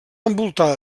envoltada